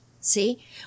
see